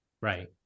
Right